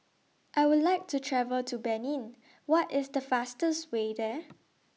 I Would like to travel to Benin What IS The fastest Way There